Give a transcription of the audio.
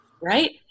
right